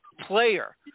player